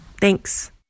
Thanks